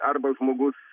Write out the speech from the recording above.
arba žmogus